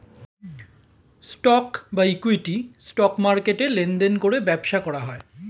stock বা equity, stock মার্কেটে লেনদেন করে ব্যবসা করা হয়